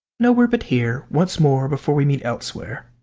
nowhere but here once more before we meet elsewhere.